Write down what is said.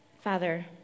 Father